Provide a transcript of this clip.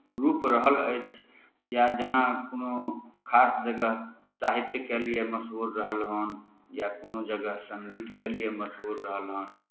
रूप रहल अछि या जेना कोनो खास जगह साहित्यके लिए मशहूर रहल होन या कोनो जगह संगीतके लिए मशहूर रहल होन